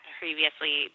previously